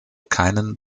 keinen